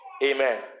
Amen